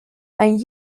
and